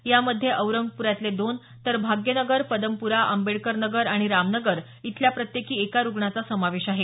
यामध्ये औरंगपुऱ्यातले दोन तर भाग्यनगर पद्मपुरा आंबेडकर नगर आणि राम नगर इथल्या प्रत्येकी एका रुग्णाचा समावेश आहे